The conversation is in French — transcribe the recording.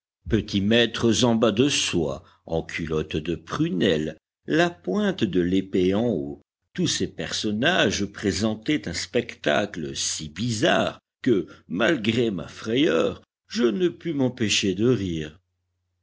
petits-maîtres en bas de soie en culotte de prunelle la pointe de l'épée en haut tous ces personnages présentaient un spectacle si bizarre que malgré ma frayeur je ne pus m'empêcher de rire